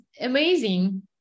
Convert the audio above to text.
amazing